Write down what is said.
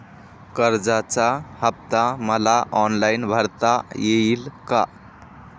कर्जाचा हफ्ता मला ऑनलाईन भरता येईल का?